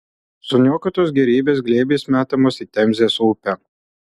suniokotos gėrybės glėbiais metamos į temzės upę